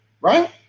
right